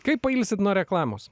kaip pailsit nuo reklamos